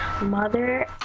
mother